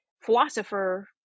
philosopher